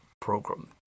program